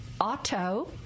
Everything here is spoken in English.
auto